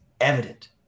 evident